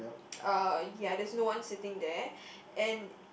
uh ya there's no one sitting there and